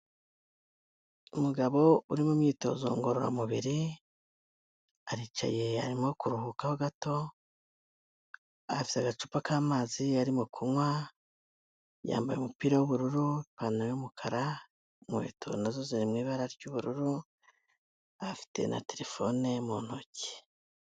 Umugabo uri mu imyitozo ngororamubiri, aricaye, arimo kuruhuka gato, afite agacupa k'amazi arimo kunywa, yambaye umupira w'ubururu, ipantaro y'umukara, inkweto na zo ziri mu ibara ry'ubururu, afite na terefone ye mu ntoki.